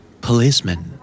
Policeman